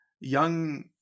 young